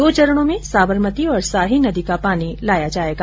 दो चरणों में साबरमती और साही नदी का पानी लाया जायेगा